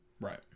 Right